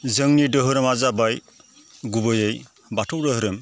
जोंनि धोरोमा जाबाय गुबैयै बाथौ धोरोम